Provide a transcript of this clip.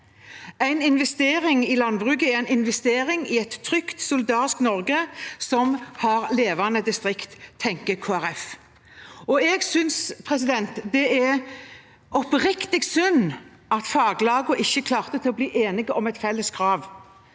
en investering i landbruket er en investering i et trygt, solidarisk Norge som har levende distrikt. Jeg syns det er oppriktig synd at faglagene ikke klarte å bli enige om et felles krav.